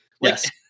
Yes